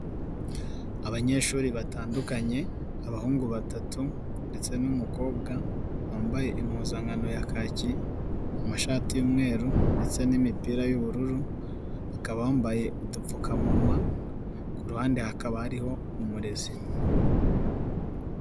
Abanyeshuri batandukanye, abahungu batatu, ndetse n'umukobwa, wambaye impuzankano ya kaki, amashati y'umweru, ndetse n'imipira y'ubururu, bakaba bambaye udupfukamunwa, ku ruhande hakaba hariho umurezi.